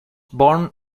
born